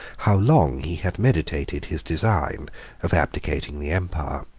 how long he had meditated his design of abdicating the empire.